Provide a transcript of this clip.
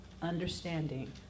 Understanding